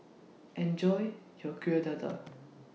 Enjoy your Kueh Dadar